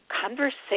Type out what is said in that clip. conversation